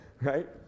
Right